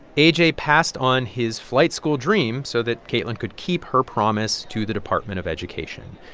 a j. passed on his flight school dream so that kaitlyn could keep her promise to the department of education.